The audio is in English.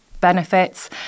benefits